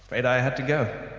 afraid i had to go.